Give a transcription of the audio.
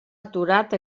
aturat